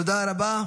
תודה רבה.